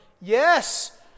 Yes